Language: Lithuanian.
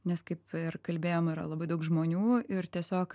nes kaip ir kalbėjom yra labai daug žmonių ir tiesiog